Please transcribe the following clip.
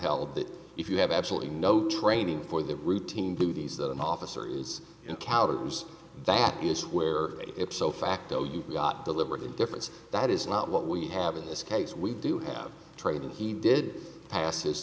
upheld that if you have absolutely no training for the routine duties that an officer is encountered was that is where it's so facto you've got deliberate indifference that is not what we have in this case we do have trading he did passes